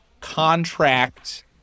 contract